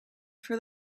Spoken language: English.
for